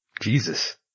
Jesus